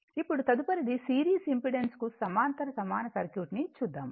ఇప్పుడు తదుపరిది series impedance కు సమాంతర సమాన సర్క్యూట్ ని చూద్దాము